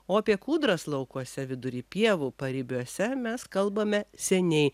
o apie kūdras laukuose vidury pievų paribiuose mes kalbame seniai